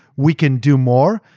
we can do more.